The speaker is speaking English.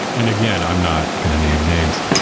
and again, i'm not going to name names.